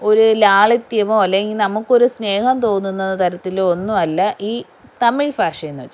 ഒരു ലാളിത്യമോ അല്ലെങ്കിൽ നമുക്ക് ഒരു സ്നേഹം തോന്നുന്ന തരത്തിലോ ഒന്നും അല്ല ഈ തമിഴ് ഭാഷ എന്നുവെച്ചാൽ